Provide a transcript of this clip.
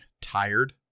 tired